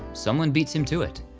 someone beats him to it,